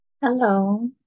Hello